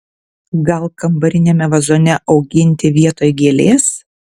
gal kambariniame vazone auginti vietoj gėlės